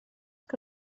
que